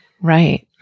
Right